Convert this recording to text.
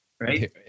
right